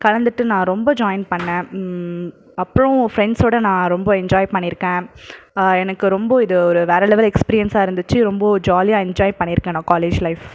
கலந்துட்டு நான் ரொம்ப ஜாயின் பண்ணேன் அப்புறம் ஃப்ரெண்ட்ஸோடு நான் ரொம்ப என்ஜாய் பண்ணியிருக்கேன் எனக்கு ரொம்ப இது ஒரு வேறு லெவல் எக்ஸ்பீரியன்ஸாக இருந்துச்சு ரொம்ப ஜாலியாக என்ஜாய் பண்ணியிருக்கேன் நான் காலேஜ் லைஃப்